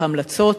והמלצות,